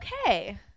Okay